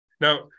Now